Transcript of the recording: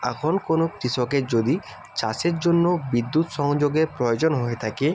এখন কোনো কৃষকের যদি চাষের জন্য বিদ্যুৎ সংযোগের প্রয়োজন হয়ে থাকে